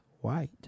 White